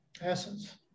Essence